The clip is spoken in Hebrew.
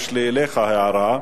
יש לי אליך הערה.